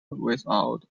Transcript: without